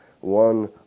One